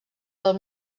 del